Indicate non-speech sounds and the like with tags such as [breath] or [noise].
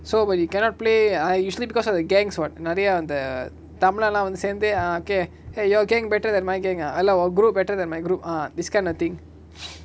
so but you cannot play ah it's usually because of the gangs what நெரய அந்த:neraya antha tamilan lah வந்து சேந்து:vanthu senthu err okay !hey! your gang better than my gang ah இல்ல:illa oh group better than my group ah this kind of thing [breath]